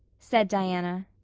said diana.